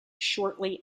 shortly